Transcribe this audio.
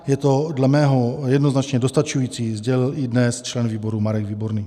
Je to dle mého jednoznačně dostačující, sdělil iDNES člen výboru Marek Výborný.